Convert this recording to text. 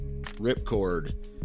ripcord